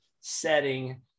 setting